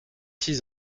six